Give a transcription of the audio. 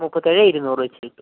മുപ്പത്തേഴേ ഇരുന്നൂറ് വെച്ചിട്ട്